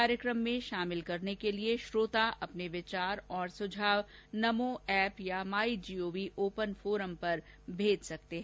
कार्यक्रम में शामिल करने के लिए श्रोता अपने विचार और सुझाव नमो एप या माई जीओवी ओपन फोरम पर भेज सकते हैं